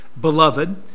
beloved